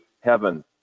heaven